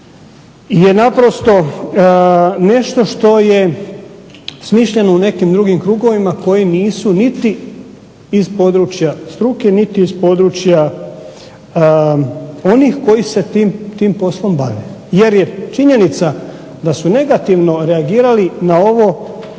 je naprosto nešto što je smišljeno u nekim drugim krugovima koji nisu niti iz područja struke, niti iz područja onih koji se tim poslom bave, jer je činjenica da su negativno reagirali na ovo